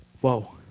Whoa